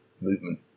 movement